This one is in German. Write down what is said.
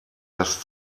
das